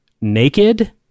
Naked